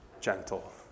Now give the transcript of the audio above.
gentle